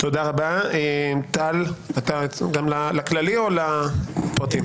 תודה רבה, טל, אתה גם לכללי או לפרטים?